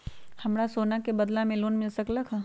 हमरा सोना के बदला में लोन मिल सकलक ह?